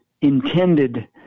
intended